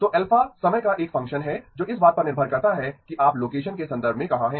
तो α समय का एक फ़ंक्शन है जो इस बात पर निर्भर करता है कि आप लोकेशन के संदर्भ में कहां हैं